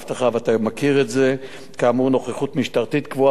כאמור, נוכחות משטרתית קבועה בנקודה,